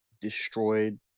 destroyed